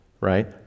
right